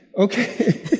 Okay